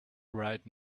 right